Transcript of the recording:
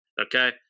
Okay